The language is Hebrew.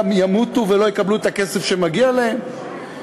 ימותו ולא יקבלו את הכסף שמגיע להם?